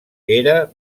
era